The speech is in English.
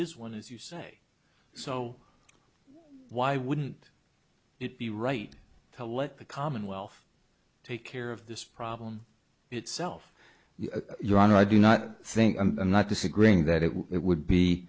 is one as you say so why wouldn't it be right to let the commonwealth take care of this problem itself your honor i do not think i'm not disagreeing that it would